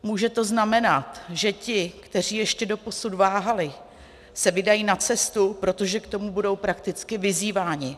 Může to znamenat, že ti, kteří ještě doposud váhali, se vydají na cestu, protože k tomu budou prakticky vyzýváni.